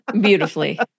Beautifully